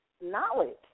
knowledge